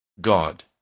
God